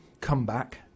comeback